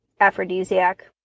aphrodisiac